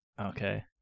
Okay